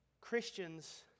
Christians